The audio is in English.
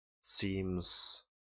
seems